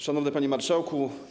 Szanowny Panie Marszałku!